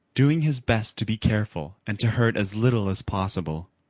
doing his best to be careful and to hurt as little as possible,